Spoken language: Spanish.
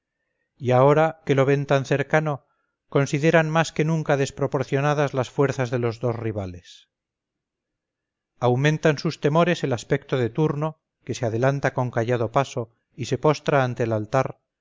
y ahora que lo ven tan cercano consideran más que nunca desproporcionadas las fuerzas de los dos rivales aumentan sus temores el aspecto de turno que se adelanta con callado paso y se postra ante el altar